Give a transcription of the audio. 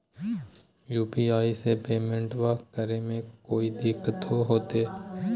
UPI से पेमेंटबा करे मे कोइ दिकतो होते?